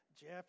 Jeff